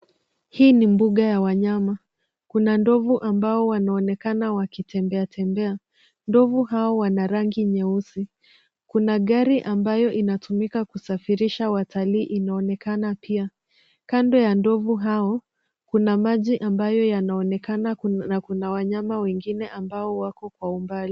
Hii ni mbuga ya wanyama. Kuna ndovu ambao wanaonekana wakitembea tembea. Ndovu hao wana rangi nyeusi. Kuna gari ambayo inatumika kusafirisha watalii inaonekana pia. Kando ya ndovu hao kuna maji ambayo yanaonekana na kuna wanyama wengine ambao wako kwa umbali.